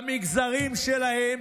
למגזרים שלהם,